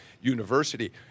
University